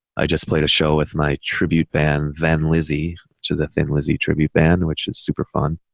i just played a show with my tribute band then lizzie, which is a thin lizzy tribute band, which is super fun.